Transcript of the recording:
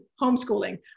homeschooling